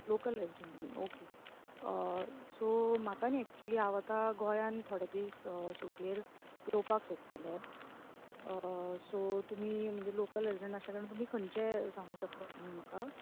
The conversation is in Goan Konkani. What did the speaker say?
लोकल रेसीडंट तुमी ओके सो म्हाका न्ही एक्चुली हांव आतां गोंयान थोडे दीस सुटयेर येवपाक सोदताले सो तुमी लोकल रेसीडंट तुमी खंयचे सांगू शकता तुमी म्हाका